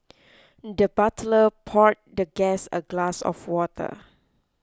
the butler poured the guest a glass of water